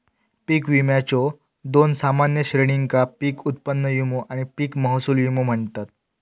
पीक विम्याच्यो दोन सामान्य श्रेणींका पीक उत्पन्न विमो आणि पीक महसूल विमो म्हणतत